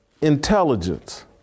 Intelligence